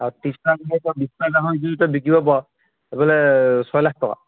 আৰু ত্ৰিছটাক যদি তই বিছ হাজাৰ টকাকেও যদি বিকিব পাৰ এইফালে ছয় লাখ টকা